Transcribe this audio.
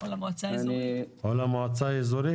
או למועצה האיזורית?